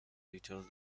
details